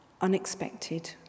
unexpected